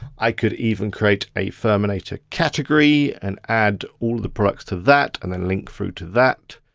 i could even create a furminator category and add all the products to that and then link through to that.